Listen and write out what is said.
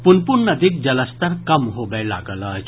पुनपुन नदीक जलस्तर कम होबय लागल अछि